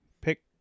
Pick